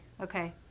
Okay